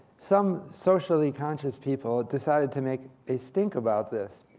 some socially-conscious people decided to make a stink about this.